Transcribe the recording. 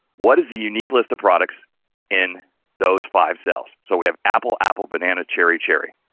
what is the unique list of products in those five cells? so, we have apple, apple, banana, cherry, cherry.